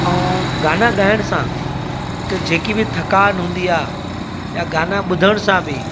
ऐं गाना ॻाइण सां हिकु जेकी बि थकान हूंदी आहे या गाना ॿुधण सां बि